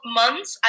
months